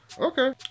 Okay